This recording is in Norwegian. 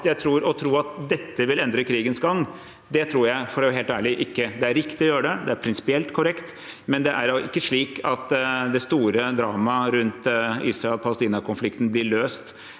ikke tror dette vil endre krigens gang. Det er riktig å gjøre det, det er prinsipielt korrekt, men det er ikke slik at det store dramaet rundt Israel–Palestina-konflikten blir løst